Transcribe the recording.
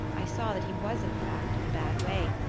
i saw that he was in fact in a bad way,